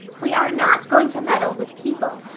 we are not going to meddle with people.